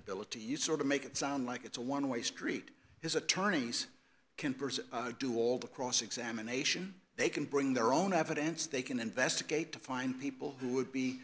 ability you sort of make it sound like it's a one way street his attorneys can do all the cross examination they can bring their own evidence they can investigate to find people who would be